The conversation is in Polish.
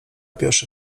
pierwszy